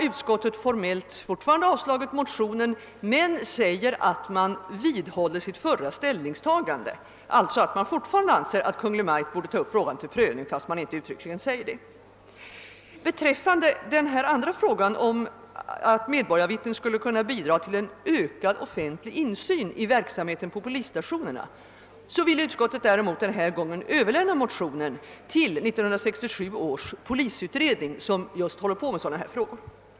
Utskottet har nu åter formellt avstyrkt motionen men säger att man vidhåller sitt förra ställningstagande, alltså att man fortfarande anser att Kungl. Maj:t borde ta upp frågan till prövning fastän man inte uttryckligen säger det. vittnen skulle kunna bidraga till en ökad offentlig insyn i verksamheten på polisstationerna vill utskottet däremot denna gång överlämna motionen till 1967 års polisutredning som just håller på med sådana frågor.